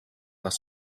les